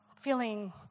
feeling